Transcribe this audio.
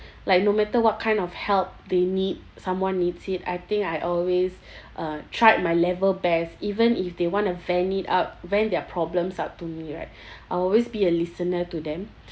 like no matter what kind of help they need someone needs it I think I always uh tried my level best even if they wanna uh vent it up vent their problems up to me right I'll always be a listener to them